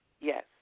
Yes